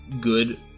good